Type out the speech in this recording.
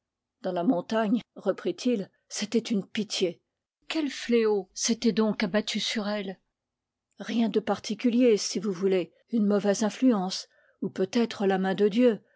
dans la montagne reprit-il c'était une pitié quel fléau s'était donc abattu sur elle rien de particulier si vous voulez une mauvaise influence ou peut-être la main de dieu